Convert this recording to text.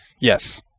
Yes